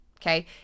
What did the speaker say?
Okay